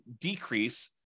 decrease